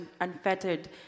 unfettered